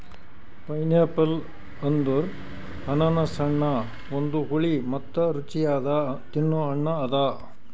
pineapple ಅಂದುರ್ ಅನಾನಸ್ ಹಣ್ಣ ಒಂದು ಹುಳಿ ಮತ್ತ ರುಚಿಯಾದ ತಿನ್ನೊ ಹಣ್ಣ ಅದಾ